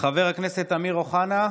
חבר הכנסת אמיר אוחנה,